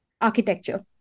Architecture